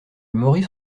maurice